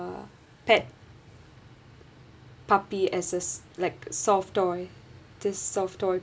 a pet puppy as a like soft toy this soft toy